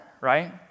right